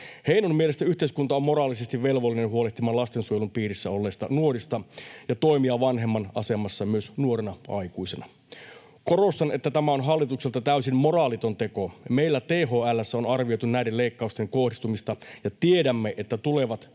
Heinon mielestä yhteiskunta on moraalisesti velvollinen huolehtimaan lastensuojelun piirissä olleista nuorista ja toimimaan vanhemman asemassa myös nuorena aikuisena. ’Korostan, että tämä on hallitukselta täysin moraaliton teko. Meillä THL:ssä on arvioitu näiden leikkausten kohdistumista, ja tiedämme, että tulevat